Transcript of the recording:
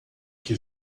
que